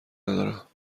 ندارم